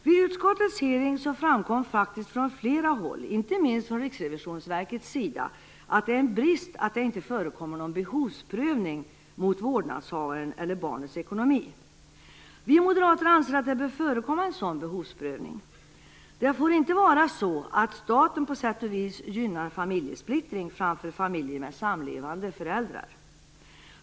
Vid utskottets hearing framkom faktiskt från flera håll, inte minst från Riksrevisionsverket, att det är en brist att det inte förekommer någon behovsprövning mot vårdnadshavarens eller barnets ekonomi. Vi moderater anser att det bör förekomma en sådan behovsprövning. Det får inte vara så att staten på sätt och vis gynnar familjesplittring framför familjer med sammanlevande föräldrar.